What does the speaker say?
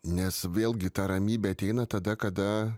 nes vėlgi ta ramybė ateina tada kada